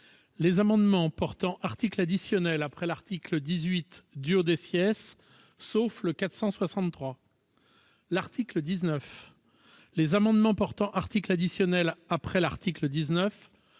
les amendements portant article additionnel après l'article 18, sauf l'amendement n° I-463 ; l'article 19 ; les amendements portant article additionnel après l'article 19,